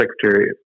secretary